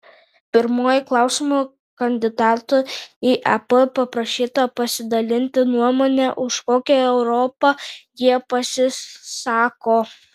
pirmuoju klausimu kandidatų į ep paprašyta pasidalinti nuomone už kokią europą jie pasisako